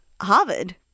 Harvard